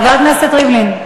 חבר הכנסת ריבלין?